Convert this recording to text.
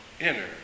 inner